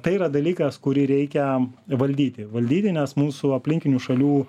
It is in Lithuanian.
tai yra dalykas kurį reikia valdyti valdyti nes mūsų aplinkinių šalių